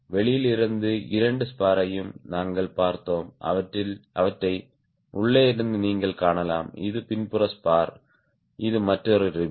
எனவே வெளியில் இருந்து இரண்டு ஸ்பார்ஸையும் நாங்கள் பார்த்தோம் அவற்றை உள்ளே இருந்து நீங்கள் காணலாம் இது பின்புற ஸ்பார் இது மற்றொரு ரிப்